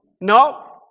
No